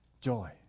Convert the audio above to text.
Joy